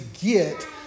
get